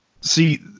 See